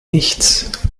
nichts